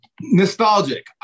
Nostalgic